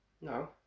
no